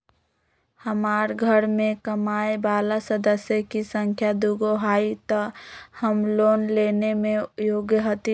हमार घर मैं कमाए वाला सदस्य की संख्या दुगो हाई त हम लोन लेने में योग्य हती?